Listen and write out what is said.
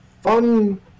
fun